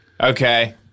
Okay